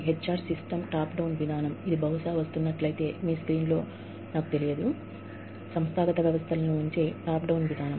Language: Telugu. H R system top down system ఇది బహుశా మీ స్క్రీన్ల లో వస్తున్నట్లయితే నాకు తెలియదు సంస్థాగత వ్యవస్థలను ఉంచే టాప్ డౌన్ సిస్టమ్